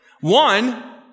One